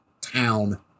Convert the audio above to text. town